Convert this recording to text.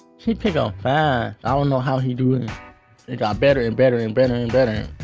he picked up fast. i don't know how he do it. he got better and better and better and better.